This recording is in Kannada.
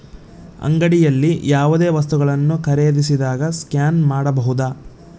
ಅಂಗಡಿಯಲ್ಲಿ ಯಾವುದೇ ವಸ್ತುಗಳನ್ನು ಖರೇದಿಸಿದಾಗ ಸ್ಕ್ಯಾನ್ ಮಾಡಬಹುದಾ?